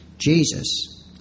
Jesus